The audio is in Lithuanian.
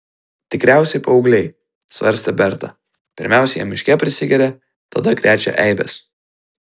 tikriausiai paaugliai svarstė berta pirmiausia jie miške prisigeria tada krečia eibes